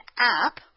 app